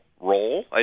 role